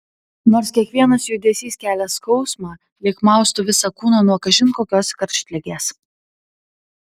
nors kiekvienas judesys kelia skausmą lyg maustų visą kūną nuo kažin kokios karštligės